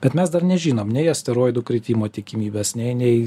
bet mes dar nežinom nei asteroidų kritimo tikimybės nei nei